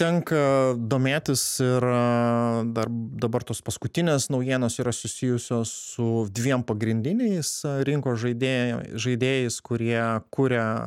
tenka domėtis ir dar dabar tos paskutinės naujienos yra susijusios su dviem pagrindiniais rinkos žaidėja žaidėjais kurie kuria